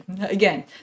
Again